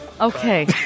Okay